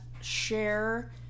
share